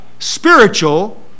spiritual